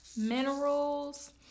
minerals